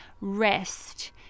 rest